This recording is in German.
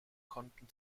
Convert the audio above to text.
konnten